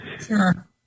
Sure